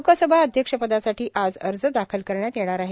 लोकसभा अध्यक्षपदासाठी आज अर्ज दाखल करण्यात येणार आहेत